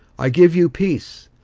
i give you peace,